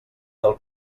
del